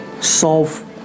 solve